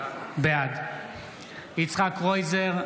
בעד יצחק קרויזר,